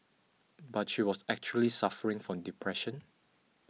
but she was actually suffering from depression